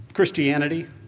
Christianity